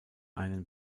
einen